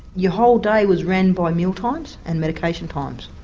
your whole day was run by mealtimes and medication times,